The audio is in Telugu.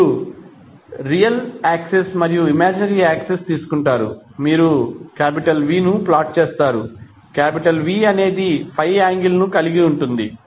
మీరు రియల్ యాక్సిస్ మరియు ఇమాజినరీ యాక్సిస్ తీసుకుంటారు మీరు V ను ప్లాట్ చేస్తారు V అనేది ∅ యాంగిల్ ను కలిగి ఉంటుంది